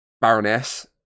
baroness